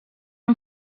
amb